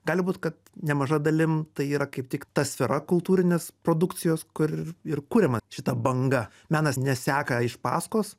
gali būt kad nemaža dalim tai yra kaip tik ta sfera kultūrinės produkcijos kur ir kuriama šita banga menas ne seka iš paskolos